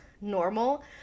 normal